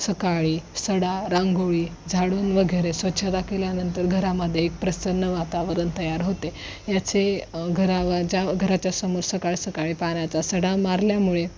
सकाळी सडा रांगोळी झाडून वगैरे स्वच्छता केल्यानंतर घरामध्ये एक प्रसन्न वातावरण तयार होते याचे घरावर ज्या घराच्या समोर सकाळी सकाळी पाण्याचा सडा मारल्यामुळे